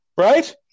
Right